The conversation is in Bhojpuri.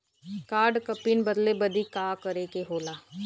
कार्ड क पिन बदले बदी का करे के होला?